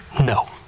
no